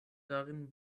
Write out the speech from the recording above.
darin